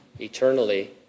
eternally